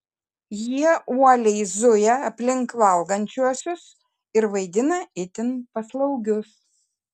jie uoliai zuja aplink valgančiuosius ir vaidina itin paslaugius